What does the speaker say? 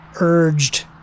urged